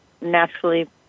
Naturally